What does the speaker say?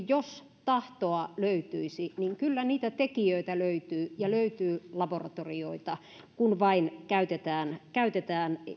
jos kuitenkin tahtoa löytyisi niin kyllä niitä tekijöitä löytyy ja löytyy laboratorioita kun vain käytetään käytetään